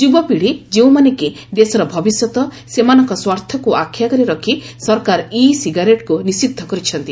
ଯୁବପିଢ଼ି ଯେଉଁମାନେ କି ଦେଶର ଭବିଷ୍ୟତ ସେମାନଙ୍କ ସ୍ୱାର୍ଥକୁ ଆଖିଆଗରେ ରଖି ସରକାର ଇ ସିଗାରେଟ୍କୁ ନିଷିଦ୍ଧ କରିଛନ୍ତି